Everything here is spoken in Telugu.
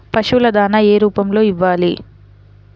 పశువుల దాణా ఏ రూపంలో ఇవ్వాలి?